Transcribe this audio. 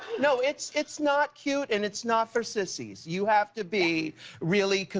no, it's it's not cute and it's not for sissies. you have to be really